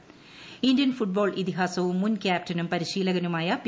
Banerjee Indian football ഇതിഹാസവു മുൻ ക്യാപ്റ്റനും പരിശീലകനുമായ പി